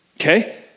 Okay